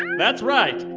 and that's right.